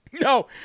No